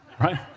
right